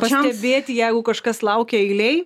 pastebėti jeigu kažkas laukia eilėj